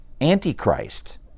Antichrist